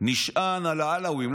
נשען על העלווים.